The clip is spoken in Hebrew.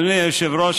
אדוני היושב-ראש,